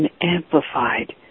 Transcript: amplified